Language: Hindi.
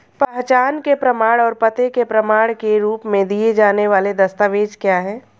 पहचान के प्रमाण और पते के प्रमाण के रूप में दिए जाने वाले दस्तावेज क्या हैं?